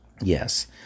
Yes